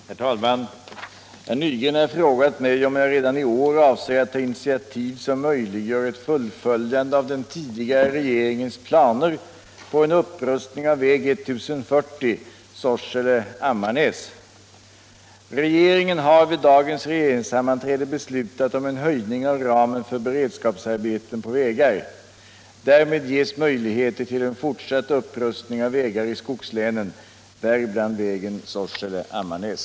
svara herr Nygrens den 18 november anmälda fråga, 1976/77:84, och I anförde: Om upprustning av Herr talman! Herr Nygren har frågat mig om jag redan i år avser att — vägen Sorsele-Amta initiativ som möjliggör ett fullföljande av den tidigare regeringens marnäs planer på en upprustning av väg 1040 Sorsele-Ammarnäs. Regeringen har vid dagens regeringssammanträde beslutat om en höjning av ramen för beredskapsarbeten på vägar. Därmed ges möjligheter till en fortsatt upprustning av vägar i skogslänen, däribland vägen Sorsele-Ammarnäs.